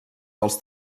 dels